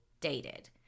dated